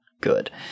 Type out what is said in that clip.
good